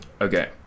okay